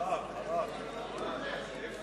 לא